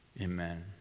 amen